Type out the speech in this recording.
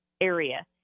area